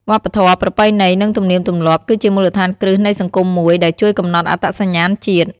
វប្បធម៌ ប្រពៃណី និងទំនៀមទម្លាប់ គឺជាមូលដ្ឋានគ្រឹះនៃសង្គមមួយ ដែលជួយកំណត់អត្តសញ្ញាណជាតិ។